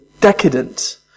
Decadent